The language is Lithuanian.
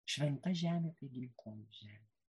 šventa žemė tai gimtoji žemė